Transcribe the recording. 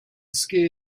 scare